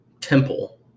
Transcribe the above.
temple